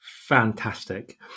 Fantastic